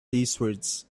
eastward